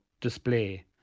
display